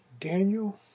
Daniel